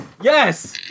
Yes